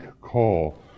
call